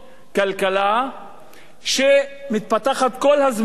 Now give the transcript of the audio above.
כלכלה שמתפתחת כל הזמן,